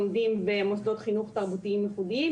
לומדים במוסדות חינוך תרבותיים ייחודיים,